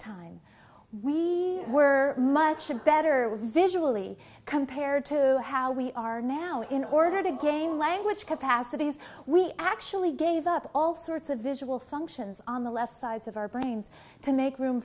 time we were much better with visually compared to how we are now in order to gain language capacities we actually gave up all sorts of visual functions on the left sides of our brains to make room